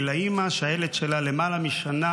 ולאימא שהילד שלה למעלה משנה,